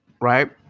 Right